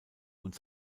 und